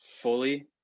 fully